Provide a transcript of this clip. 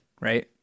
right